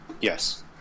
Yes